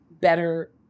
better